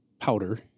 powder